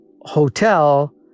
hotel